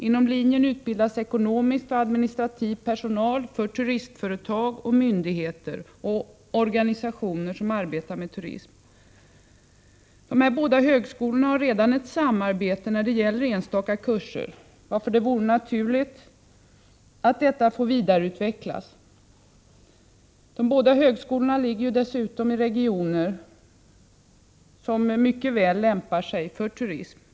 Inom linjen utbildas ekonomisk och administrativ personal för turistföretag och för myndigheter och organisationer som arbetar med turism. De båda högskolorna har redan ett samarbete när det gäller enstaka kurser, och det vore naturligt att detta finge vidareutvecklas. De båda högskolorna ligger dessutom i regioner som mycket väl lämpar sig för turism.